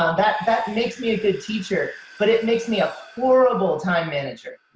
um that that makes me a good teacher, but it makes me a horrible time manager.